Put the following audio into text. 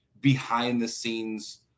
Behind-the-scenes